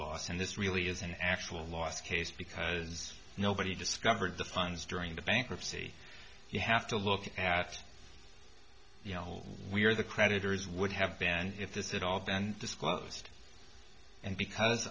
loss and this really is an actual loss case because nobody discovered the funds during the bankruptcy you have to look at the whole we are the creditors would have been if this at all then disclosed and because